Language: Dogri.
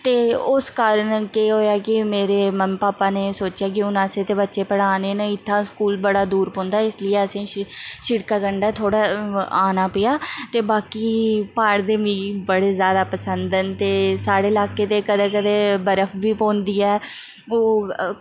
ते उस कारण केह् होएआ कि मेरे मम्मी पापा ने सोचेआ कि हून अस इत्थै बच्चे पढ़ाने ने इत्थें स्कूल बड़ा दूर पौंदा ऐ इसलेई असें सिड़कै कंडै थोह्ड़े आना पेआ ते बाकी प्हाड़ ते मिगी बड़े ज्यादा पसंद न ते साढ़े इलाके ते कदें कदें बर्फ बी पौंदी ऐ ओह्